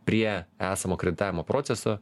prie esamo kreditavimo proceso